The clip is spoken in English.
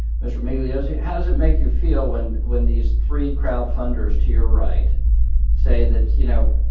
mr. migliozzi, how does it make you feel when when these three crowdfunders to your right say that, you know,